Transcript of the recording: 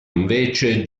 invece